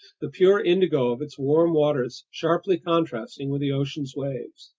the pure indigo of its warm waters sharply contrasting with the ocean's waves.